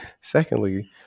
Secondly